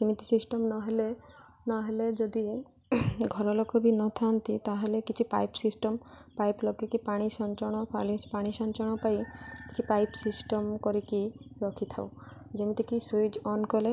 ସେମିତି ସିଷ୍ଟମ୍ ନହେଲେ ନହେଲେ ଯଦି ଘରଲୋକ ବି ନଥାନ୍ତି ତା'ହେଲେ କିଛି ପାଇପ୍ ସିଷ୍ଟମ୍ ପାଇପ୍ ଲଗାଇକି ପାଣି ସିଞ୍ଚନ ପାଣି ସିଞ୍ଚନ ପାଇଁ କିଛି ପାଇପ୍ ସିଷ୍ଟମ୍ କରିକି ରଖିଥାଉ ଯେମିତିକି ସୁଇଚ୍ ଅନ୍ କଲେ